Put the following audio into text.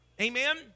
Amen